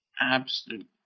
absolute